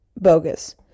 bogus